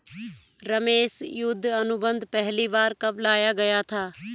रमेश युद्ध अनुबंध पहली बार कब लाया गया था?